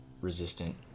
resistant